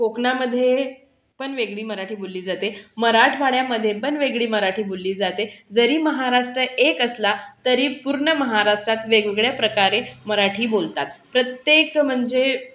कोकणामध्ये पण वेगळी मराठी बोलली जाते मराठवाड्यामध्ये पण वेगळी मराठी बोलली जाते जरी महाराष्ट्र एक असला तरी पूर्ण महाराष्ट्रात वेगवेगळ्या प्रकारे मराठी बोलतात प्रत्येक म्हणजे